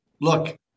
Look